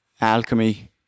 Alchemy